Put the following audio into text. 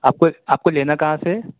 آپ کو آپ کو لینا کہاں سے ہے